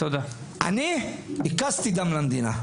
אני הקזתי דם למדינה.